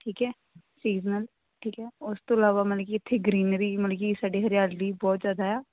ਠੀਕ ਹੈ ਸੀਜਨਲ ਠੀਕ ਹੈ ਉਸ ਤੋਂ ਇਲਾਵਾ ਮਤਲਬ ਕਿ ਇੱਥੇ ਗਰੀਨਰੀ ਮਤਲਬ ਕਿ ਸਾਡੇ ਹਰਿਆਲੀ ਬਹੁਤ ਜ਼ਿਆਦਾ ਆ